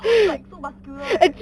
horse like so muscular leh